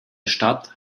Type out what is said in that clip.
stadt